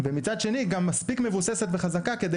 ומצד שני גם מספיק מבוססת וחזקה כדי